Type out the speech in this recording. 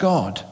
God